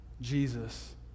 Jesus